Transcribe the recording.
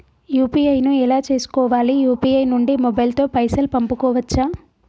UPI ను ఎలా చేస్కోవాలి యూ.పీ.ఐ నుండి మొబైల్ తో పైసల్ పంపుకోవచ్చా?